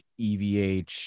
EVH